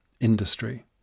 industry